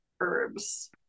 herbs